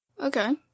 Okay